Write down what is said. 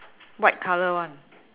white colour one